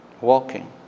walking